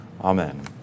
Amen